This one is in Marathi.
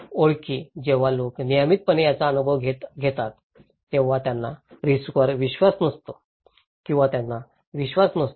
ओळखी जेव्हा लोक नियमितपणे याचा अनुभव घेतात तेव्हा त्यांना रिस्कवर विश्वास नसतो किंवा त्यांचा विश्वास नसतो